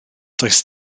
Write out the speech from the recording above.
does